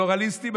פלורליסטים?